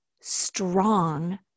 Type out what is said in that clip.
strong